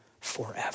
forever